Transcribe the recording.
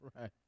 Right